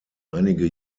einige